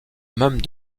même